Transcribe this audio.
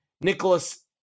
Nicholas